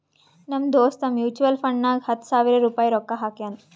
ನಮ್ ದೋಸ್ತ್ ಮ್ಯುಚುವಲ್ ಫಂಡ್ನಾಗ್ ಹತ್ತ ಸಾವಿರ ರುಪಾಯಿ ರೊಕ್ಕಾ ಹಾಕ್ಯಾನ್